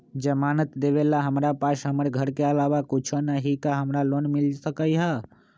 जमानत देवेला हमरा पास हमर घर के अलावा कुछो न ही का हमरा लोन मिल सकई ह?